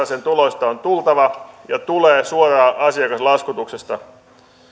sen tuloista on tultava ja se tulee suoraan asiakaslaskutuksesta